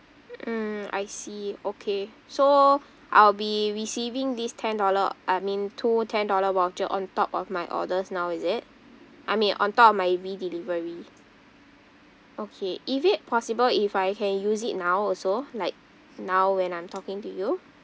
mm I see okay so I'll be receiving this ten dollar I mean two ten dollar voucher on top of my orders now is it I mean on top of my redelivery okay is it possible if I can use it now also like now when I'm talking to you